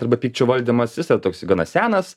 arba pykčio valdymas jis yra toks gana senas